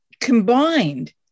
combined